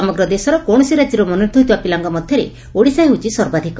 ସମଗ୍ର ଦେଶର କୌଶସି ରାକ୍ୟରୁ ମନୋନୀତ ହୋଇଥିବା ପିଲାଙ୍କ ମଧ୍ଧରେ ଓଡ଼ିଶା ହେଉଛି ସର୍ବାଧକ